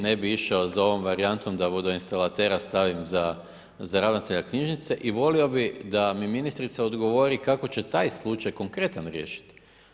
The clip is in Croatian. Ne bi išao za ovom varijantom da vodoinstalatera stavim za ravnatelja knjižnice i volio bi da mi ministrica odgovori kako će taj slučaj konkretan riješiti.